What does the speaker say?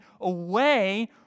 away